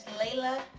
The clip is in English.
Layla